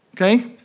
Okay